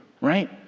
right